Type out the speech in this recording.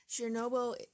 Chernobyl